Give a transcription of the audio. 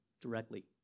directly